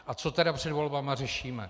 A co tedy před volbami řešíme?